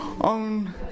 on